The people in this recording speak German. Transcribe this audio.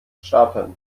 starten